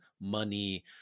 money